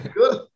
good